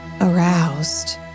aroused